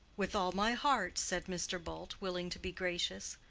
with all my heart, said mr. bult, willing to be gracious.